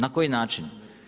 Na koji način?